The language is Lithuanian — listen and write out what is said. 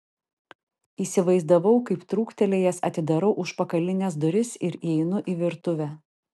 įsivaizdavau kaip trūktelėjęs atidarau užpakalines duris ir įeinu į virtuvę